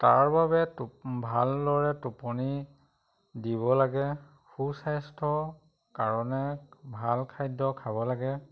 তাৰ বাবে টো ভালদৰে টোপনি দিব লাগে সু স্বাস্থ্য কাৰণে ভাল খাদ্য খাব লাগে